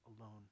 alone